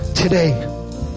today